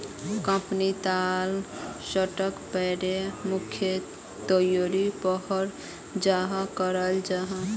company लात stock broker मुख्य तौरेर पोर हायर कराल जाहा